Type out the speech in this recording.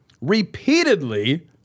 repeatedly